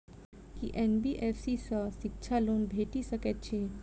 की NBFC सँ शिक्षा loan भेटि सकैत अछि?